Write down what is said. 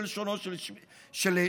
בלשונו של שמיט,